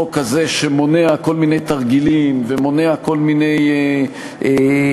חוק כזה שמונע כל מיני תרגילים ומונע כל מיני עסקאות